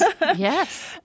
Yes